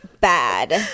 bad